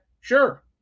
Sure